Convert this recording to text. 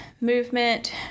movement